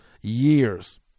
years